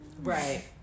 right